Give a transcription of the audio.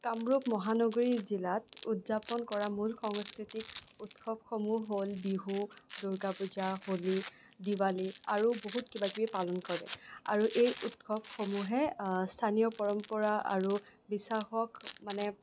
কামৰূপ মহানগৰী জিলাত উদযাপন কৰা মূল সাংস্কৃতিক উৎসৱসমূহ হ'ল বিহু দুৰ্গাপূজা হলি দীৱালী আৰু বহুত কিবা কিবি পালন কৰে আৰু এই উৎসৱসমূহে স্থানীয় পৰম্পৰা আৰু বিশ্বাসক মানে